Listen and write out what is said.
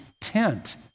tent